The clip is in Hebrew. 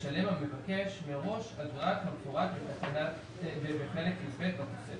ישלם המבקש מראש אגרה כפורט בחלק י"ב בתוספת".